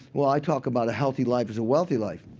well, i talk about a healthy life is a wealthy life.